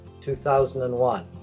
2001